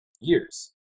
years